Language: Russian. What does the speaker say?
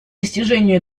достижению